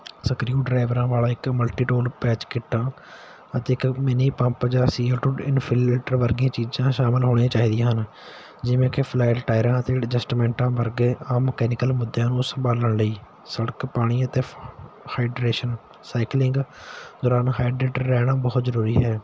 screw ਡਰਾਈਵਰਾਂ ਵਾਲਾ ਇੱਕ ਮਲਟੀ ਟੂਲ ਪੈਚ ਕਿੱਟਾਂ ਅਤੇ ਇੱਕ ਮਿੰਨੀ ਪੰਪ ਜਾਂ ਸੀਲ ਟੂਲ ਵਰਗੀਆਂ ਚੀਜ਼ਾਂ ਸ਼ਾਮਿਲ ਹੋਣੀਆਂ ਚਾਹੀਦੀਆਂ ਹਨ ਜਿਵੇਂ ਕਿ ਫਲੈਟ ਟਾਇਰਾਂ ਦੀ ਐਡਜਸਟਮੈਂਟ ਆ ਵਰਗੇ ਮਕੈਨੀਕਲ ਮੁੱਦਿਆਂ ਨੂੰ ਸੰਭਾਲਣ ਲਈ ਸੜਕ ਪਾਣੀ ਅਤੇ ਹਾਈਡਰੇਸ਼ਨ ਸਾਈਕਲਿੰਗ ਦੌਰਾਨ ਹਾਈਡਰੇਟਿਡ ਰਹਿਣਾ ਬਹੁਤ ਜ਼ਰੂਰੀ ਹੈ